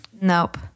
nope